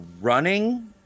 running